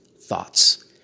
thoughts